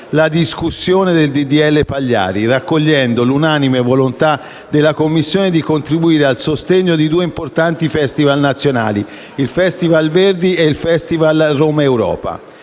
la discussione del disegno di legge Pagliari, raccogliendo l'unanime volontà della Commissione di contribuire al sostegno di due importanti Festival nazionali, il Festival Verdi e il Festival Romaeuropa,